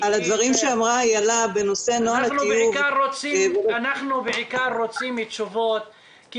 אנחנו בעיקר רוצים תשובות,